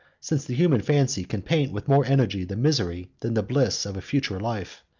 since the human fancy can paint with more energy the misery than the bliss of a future life.